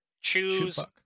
choose